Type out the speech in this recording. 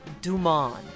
Duman